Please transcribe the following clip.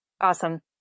Awesome